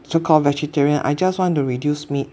so call vegetarian I just want to reduce meat